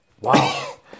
Wow